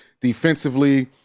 defensively